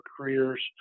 careers